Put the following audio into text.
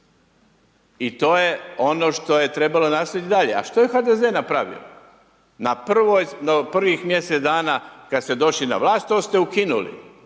I to je ono što je trebalo nastaviti dalje. A što je HDZ napravio? Na prvih mjesec dana, kada ste došli na vlast to ste ukinuli,